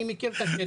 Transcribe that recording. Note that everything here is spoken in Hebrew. אני מכיר את השטח.